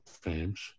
fames